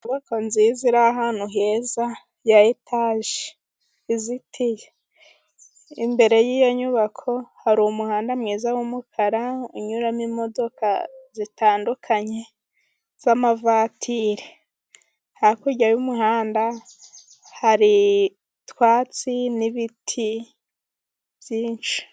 Inyubako nziza iri ahantu heza ya etaje izitiye. Imbere y'iyo nyubako hari umuhanda mwiza w'umukara unyuramo imodoka zitandukanye z'amavatire. Hakurya y'umuhanda hari utwatsi n'ibiti byinshi.